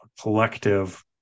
collective